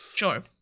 Sure